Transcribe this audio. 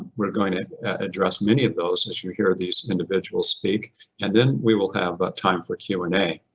we're going to address many of those and as you hear these individuals speak and then we will have but time for q and a.